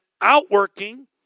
outworking